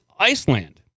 Iceland